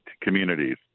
communities